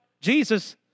Jesus